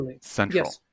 central